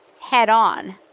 head-on